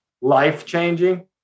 life-changing